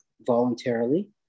voluntarily